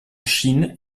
chine